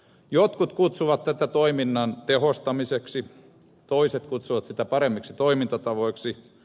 jotkut kutsuvat tätä toiminnan tehostamiseksi toiset kutsuvat sitä paremmiksi toimintatavoiksi